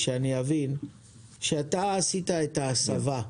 כשאתה עשית את ההסבה,